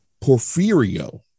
Porfirio